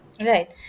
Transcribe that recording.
Right